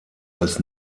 als